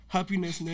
Happiness